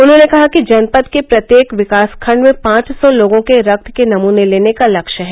उन्होंने कहा कि जनपद के प्रत्येक विकास खंड में पांच सौ लोगों के रक्त के नमूने लेने का लक्ष्य है